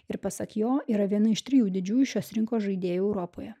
ir pasak jo yra viena iš trijų didžiųjų šios rinkos žaidėjų europoje